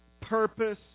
purpose